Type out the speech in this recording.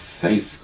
faith